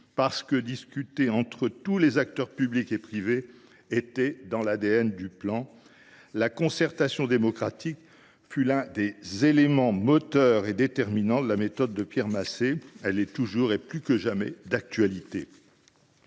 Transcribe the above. avaient été discutées entre tous les acteurs publics et privés, était dans l’ADN du Plan. La concertation démocratique fut l’un des éléments déterminants de la méthode de Pierre Massé. Elle est toujours et plus que jamais d’actualité.